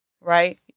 Right